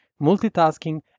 Multitasking